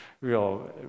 real